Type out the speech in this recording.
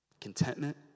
contentment